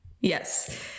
Yes